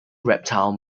reptile